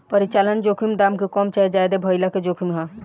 परिचालन जोखिम दाम के कम चाहे ज्यादे भाइला के जोखिम ह